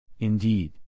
Indeed